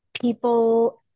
people